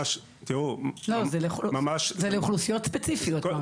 זה לאוכלוסיות ספציפיות.